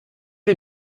les